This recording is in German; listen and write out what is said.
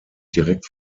direkt